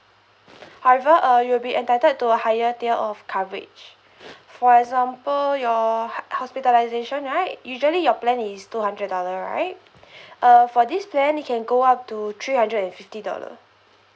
however uh you'll be entitled to a higher tier of coverage for example your hospitalisation right usually your plan is two hundred dollar right uh for this plan it can go up to three hundred and fifty dollar